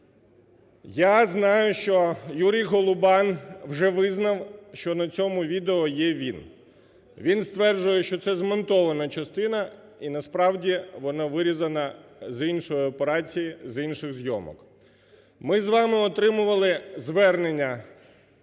Я знаю, що Юрій Голубан вже визнав, що на цьому відео є він. Він стверджує, що це змонтована частина, і, насправді, вона вирізана з іншої операції, з інших зйомок. Ми з вами отримували звернення